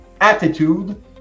attitude